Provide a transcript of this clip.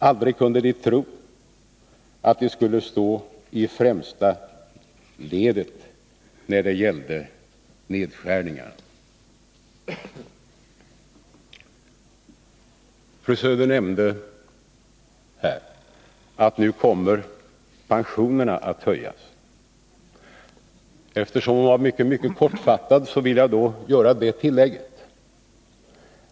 Aldrig kunde de tro att de skulle stå i främsta ledet när det gällde nedskärningar. Fru Söder nämnde att pensionerna nu kommer att höjas. Eftersom hon var mycket kortfattad vill jag göra ett tillägg.